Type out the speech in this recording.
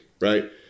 right